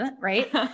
Right